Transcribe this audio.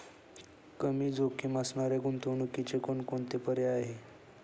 कमी जोखीम असणाऱ्या गुंतवणुकीचे कोणकोणते पर्याय आहे?